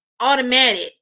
automatic